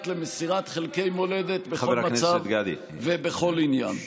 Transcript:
למסירת חלקי מולדת בכל מצב ובכל עניין.